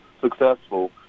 successful